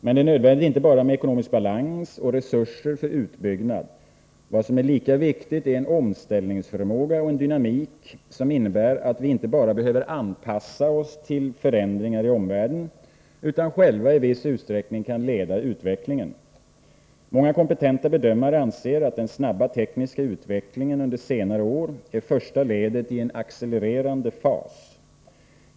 Men det är inte bara nödvändigt med ekonomisk balans och resurser för utbyggnad. Vad som är lika viktigt är en omställningsförmåga och en dynamik som innebär att vi inte bara behöver anpassa oss till förändringar i omvärlden, utan själva i viss utsträckning kan leda utvecklingen. Många kompetenta bedömare anser att den snabba tekniska utvecklingen under senare år är första ledet i en accelererande fas.